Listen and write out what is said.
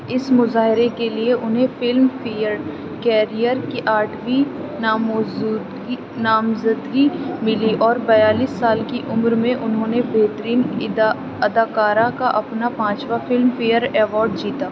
اس مظاہرے کے لیے انہیں فلم فیئر کیریئر کی آٹھویں ناموزودگی نامزدگی ملی اور بیالیس سال کی عمر میں انہوں نے بہترین ادا اداکارہ کا اپنا پانچواں فلم فیئر ایوارڈ جیتا